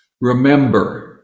remember